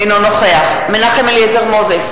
אינו נוכח מנחם אליעזר מוזס,